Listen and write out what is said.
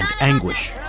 anguish